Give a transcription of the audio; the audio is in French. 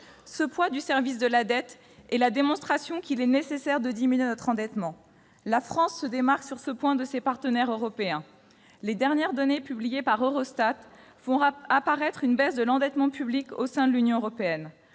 Ce poids du service de la dette est la démonstration qu'il est nécessaire de diminuer notre endettement. La France se démarque, sur ce point, de ses partenaires européens. Les dernières données publiées par Eurostat font apparaître une baisse de l'endettement public au sein de l'Union européenne.